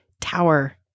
Tower